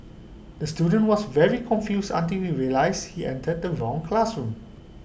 the student was very confused until we realised he entered the wrong classroom